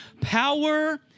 power